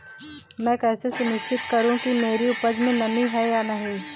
मैं कैसे सुनिश्चित करूँ कि मेरी उपज में नमी है या नहीं है?